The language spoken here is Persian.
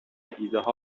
ایدهها